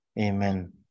Amen